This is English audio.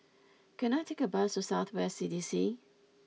can I take a bus to South West C D C